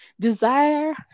desire